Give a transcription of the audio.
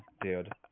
dude